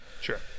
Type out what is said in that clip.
Sure